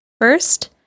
First